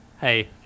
Hey